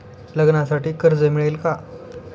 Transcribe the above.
लग्नासाठी कर्ज मिळेल का?